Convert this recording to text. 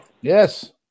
Yes